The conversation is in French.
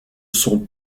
sont